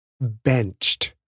Benched